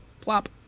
plop